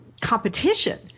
competition